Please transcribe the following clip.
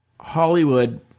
Hollywood